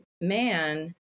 man